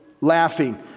Laughing